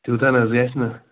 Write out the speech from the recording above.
تیٛوٗتاہ نہَ حظ گَژھِ نہٕ